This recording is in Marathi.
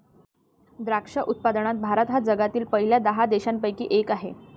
द्राक्ष उत्पादनात भारत हा जगातील पहिल्या दहा देशांपैकी एक आहे